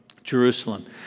Jerusalem